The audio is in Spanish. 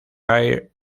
air